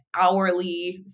hourly